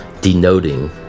denoting